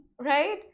Right